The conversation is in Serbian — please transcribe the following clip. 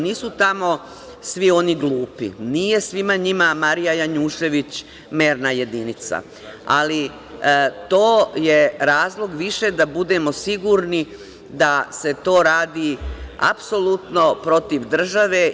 Nisu tamo svi oni glupi, nije svima njima Marija Janjušević merna jedinica, ali to je razlog više da budemo sigurni da se to radi apsolutno protiv države.